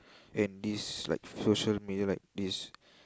and these like social media like these